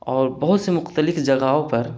اور بہت سے مختلف جگہوں پر